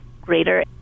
greater